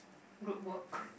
group work